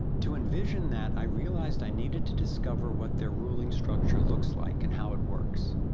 to envision that, i realized i needed to discover what their ruling structure looks like and how it works.